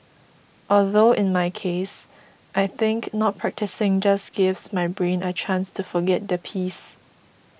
although in my case I think not practising just gives my brain a chance to forget the piece